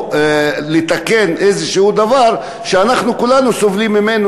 או לתקן איזשהו דבר שאנחנו כולנו סובלים ממנו,